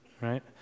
right